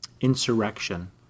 insurrection